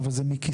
אבל זה מכיסינו,